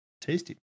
tasty